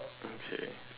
okay